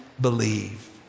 believe